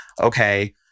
okay